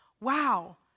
wow